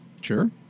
Sure